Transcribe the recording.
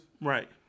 Right